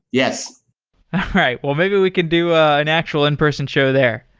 yes all right. well, maybe we can do ah an actual in-person show there.